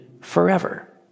forever